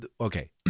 okay